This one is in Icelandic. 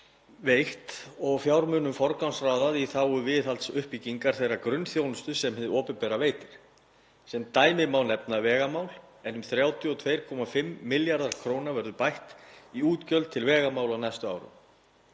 beitt og fjármunum forgangsraðað í þágu viðhaldsuppbyggingar þeirrar grunnþjónustu sem hið opinbera veitir. Sem dæmi má nefna vegamál en um 32,5 milljörðum kr. verður bætt í útgjöld til vegamála á næstu árum.